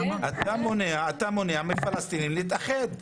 אתה מונע מפלסטינים להתאחד.